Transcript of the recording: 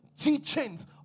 Teachings